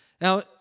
Now